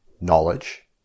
Knowledge